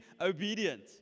obedient